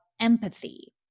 Empathy